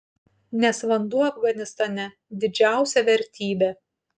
nes vanduo afganistane didžiausia vertybė